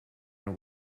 are